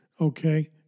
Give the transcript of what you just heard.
okay